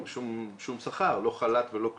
שום שכר, לא חל"ת ולא כלום.